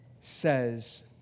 says